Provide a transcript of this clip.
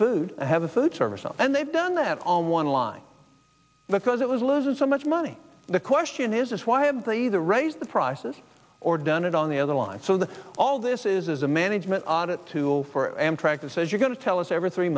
food and have a food service and they've done that on one line because it was losing so much money the question is why have the the raise the prices or done it on the other line so that all this is a management audit tool for amtrak that says you're going to tell us every three